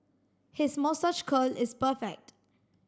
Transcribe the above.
his moustache curl is perfect